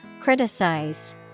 Criticize